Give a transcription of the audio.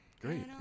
Great